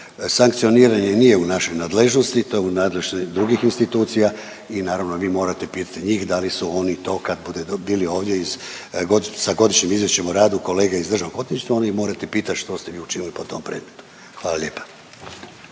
Sankcioniranje nije u našoj nadležnosti, to je u nadležnosti drugih institucija i naravno vi morate pitati njih da li su oni to kad budu bili ovdje sa Godišnjim izvješćem o radu kolege iz Državnog odvjetništva oni morate pitati što ste vi učinili po tom predmetu, hvala lijepa.